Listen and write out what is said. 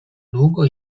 długo